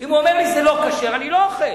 אם הוא אומר לי שזה לא כשר, אני לא אוכל.